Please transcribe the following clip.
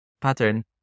pattern